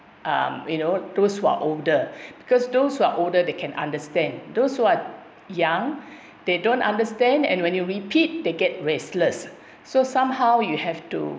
um you know those who are older because those who are older they can understand those who are young they don't understand and when you repeat they get restless so somehow you have to